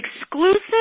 exclusive